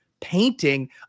painting